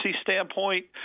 standpoint